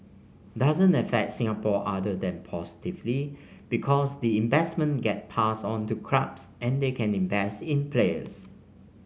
doesn't affect Singapore other than positively because the investment gets passed on to clubs and they can invest in players